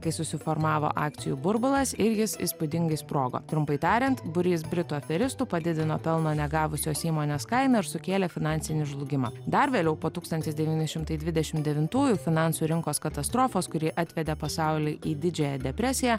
kai susiformavo akcijų burbulas ir jis įspūdingai sprogo trumpai tariant būrys britų aferistų padidino pelno negavusios įmonės kainą ir sukėlė finansinį žlugimą dar vėliau po tūkstantis devyni šimtai dvidešim devintųjų finansų rinkos katastrofos kuri atvedė pasaulį į didžiąją depresiją